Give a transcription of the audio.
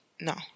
no